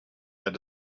had